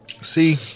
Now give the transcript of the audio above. See